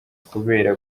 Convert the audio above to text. kubera